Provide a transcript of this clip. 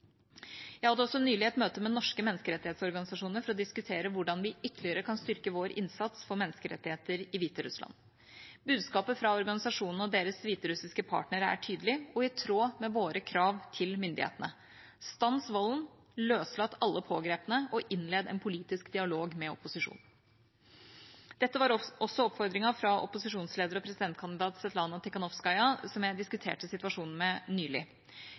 Jeg hadde nylig også et møte med norske menneskerettighetsorganisasjoner for å diskutere hvordan vi ytterligere kan styrke vår innsats for menneskerettigheter i Hviterussland. Budskapet fra organisasjonene og deres hviterussiske partnere er tydelig – og i tråd med våre krav til myndighetene: Stans volden, løslat alle pågrepne og innled en politisk dialog med opposisjonen. Dette var også oppfordringen fra opposisjonsleder og presidentkandidat Svetlana Tikhanovskaja, som jeg diskuterte situasjonen med nylig.